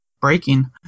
breaking